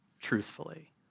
truthfully